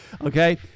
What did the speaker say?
Okay